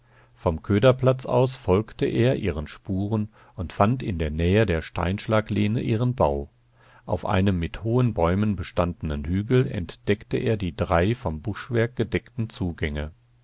vom köderplatz aus folgte er ihren spuren und fand in der nähe der steinschlaglehne ihren bau auf einem mit hohen bäumen bestandenen hügel entdeckte er die drei vom buschwerk gedeckten zugänge